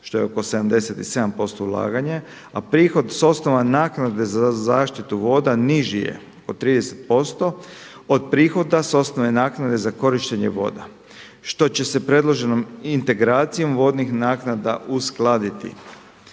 što je oko 77 posto ulaganje, a prihod s osnove naknade za zaštitu voda niži je od 30 posto od prihoda s osnove naknade za korištenje voda, što će se predloženom integracijom vodnih naknada uskladiti.